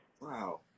Wow